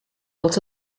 els